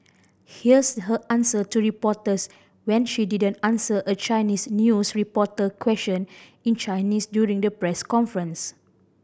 here's her answer to reporters when she didn't answer a Chinese news reporter question in Chinese during the press conference